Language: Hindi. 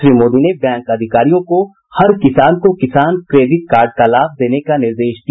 श्री मोदी ने बैंक अधिकारियों को हर किसान को किसान क्रेडिट कार्ड का लाभ देने का निर्देश दिया